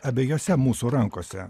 abejose mūsų rankose